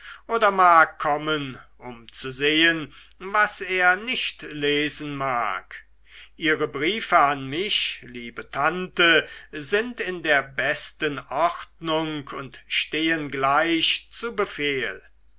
oder mag kommen um zu sehen was er nicht lesen mag ihre briefe an mich liebe tante sind in der besten ordnung und stehen gleich zu befehl